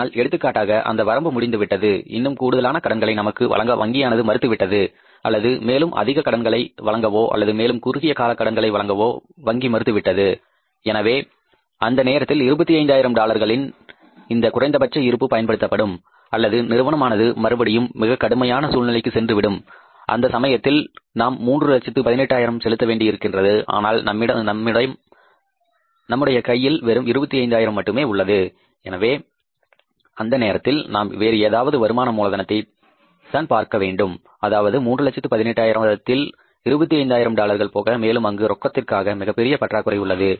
ஆனால் எடுத்துக்காட்டாக அந்த வரம்பு முடிந்துவிட்டது இன்னும் கூடுதலான கடன்களை நமக்கு வழங்க வங்கியானது மறுத்துவிட்டது அல்லது மேலும் அதிக கடன்களை வழங்கவோ அல்லது மேலும் குறுகிய கால கடன்களை வழங்கவோ வங்கி மறுத்துவிட்டது எனவே அந்த நேரத்தில் 25000 டாலர்களின் இந்த குறைந்தபட்ச இருப்பு பயன்படுத்தப்படும் அல்லது நிறுவனமானது மறுபடியும் மிகக் கடுமையான சூழ்நிலைக்கு சென்றுவிடும் அந்த சமயத்தில் நாம் மூன்று லட்சத்து 18 ஆயிரம் செலுத்த வேண்டியிருக்கின்றது ஆனால் நம்முடைய கையில் வெறும் 25 ஆயிரம் மட்டுமே உள்ளது எனவே அந்த நேரத்தில் நாம் வேறு ஏதாவது வருமான மூலத்தை நான் பார்க்கவேண்டும் அதாவது 3 லட்சத்து 18 ஆயிரத்தில் 25 ஆயிரம் டாலர்கள் போக மேலும் அங்கு ரொக்கத்திற்காக மிகப்பெரிய பற்றாக்குறை உள்ளது